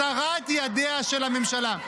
הסרת ידיה של הממשלה.